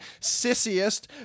Sissiest